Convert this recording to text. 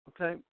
Okay